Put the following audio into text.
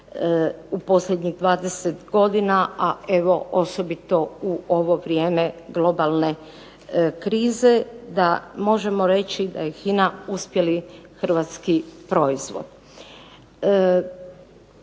u posljednjih 20 godina, a evo osobito u ovo vrijeme globalne krize, da možemo reći da je HINA uspjeli hrvatski proizvod.